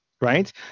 right